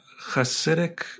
Hasidic